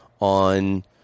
on